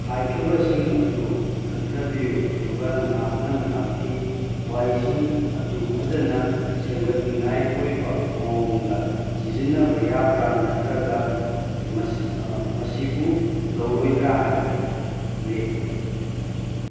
ꯍꯥꯏꯈꯤꯕꯁꯤꯡ ꯑꯗꯨ ꯈꯟꯊꯕꯤꯌꯨ ꯑꯗꯨꯒ ꯅꯍꯥꯛꯅ ꯅꯍꯥꯛꯀꯤ ꯋꯥꯍꯩꯁꯤꯡ ꯑꯗꯨ ꯐꯖꯅ ꯁꯦꯝꯒꯠꯅꯤꯉꯥꯏ ꯑꯣꯏꯕ ꯃꯑꯣꯡꯗ ꯁꯤꯖꯤꯟꯅꯕ ꯌꯥꯕ꯭ꯔꯥ ꯅꯠꯇ꯭ꯔꯒ ꯃꯁꯤꯕꯨ ꯂꯧꯔꯣꯏꯗ꯭ꯔꯥ ꯍꯥꯏꯕꯗꯨ ꯂꯦꯞꯄꯨ